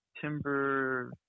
timber